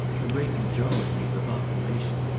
a great majority of the population,